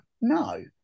No